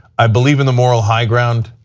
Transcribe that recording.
i believe in the moral high ground.